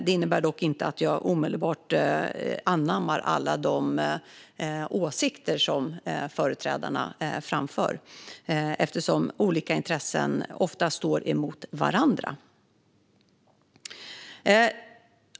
Det innebär dock inte att jag omedelbart anammar de åsikter som deras företrädare framför eftersom olika intressen ofta står mot varandra.